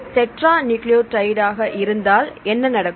tetra nucleotide ஆக இருந்தால் என்ன நடக்கும்